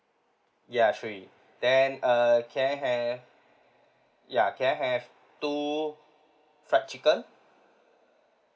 ya three then uh can I have ya can I have two fried chicken